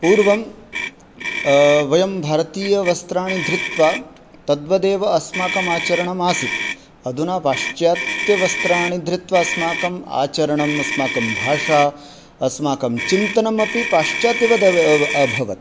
पूर्वं वयं भारतीयवस्त्राणि धृत्वा तद्वदेव अस्माकम् आचरणमासीत् अधुना पाश्चात्यवस्त्राणि धृत्वा अस्माकम् आचरणम् अस्माकं भाषा अस्माकं चिन्तनमपि पाश्चात्येव अभवत्